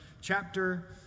chapter